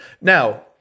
Now